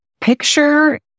Picture